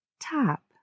top